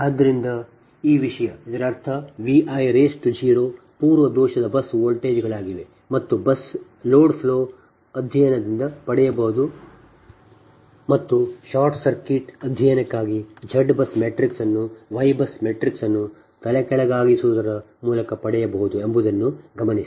ಆದ್ದರಿಂದ ಈ ವಿಷಯ ಇದರರ್ಥ Vi0 ಪೂರ್ವ ದೋಷದ ಬಸ್ ವೋಲ್ಟೇಜ್ಗಳಾಗಿವೆ ಮತ್ತು ಲೋಡ್ ಫ್ಲೋ ಅಧ್ಯಯನದಿಂದ ಪಡೆಯಬಹುದು ಮತ್ತು ಶಾರ್ಟ್ ಸರ್ಕ್ಯೂಟ್ ಅಧ್ಯಯನಕ್ಕಾಗಿ Z BUS ಮ್ಯಾಟ್ರಿಕ್ಸ್ ಅನ್ನು Y BUS ಮ್ಯಾಟ್ರಿಕ್ಸ್ ಅನ್ನು ತಲೆಕೆಳಗಾಗಿಸುವುದರ ಮೂಲಕ ಪಡೆಯಬಹುದು ಎಂಬುದನ್ನು ಗಮನಿಸಿ